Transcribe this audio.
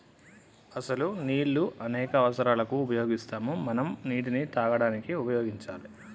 అసలు నీళ్ళు అనేక అవసరాలకు ఉపయోగిస్తాము మనం నీటిని తాగడానికి ఉపయోగించాలి